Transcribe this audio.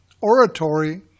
oratory